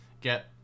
get